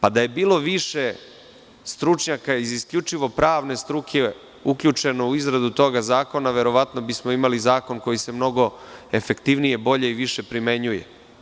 Da je bilo više stručnjaka iz isključivo pravne struke uključeno u izradu toga zakona verovatno bismo imali zakon koji se mnogo efektivnije, bolje i više primenjuje.